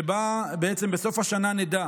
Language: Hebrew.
שבה בסוף השנה נדע